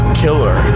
killer